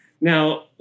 Now